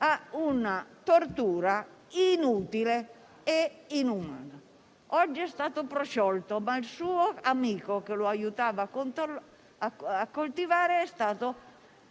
una tortura inutile e inumana. Oggi è stato prosciolto, ma il suo amico che lo aiutava a coltivare è stato